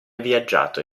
viaggiato